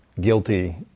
guilty